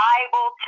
Bible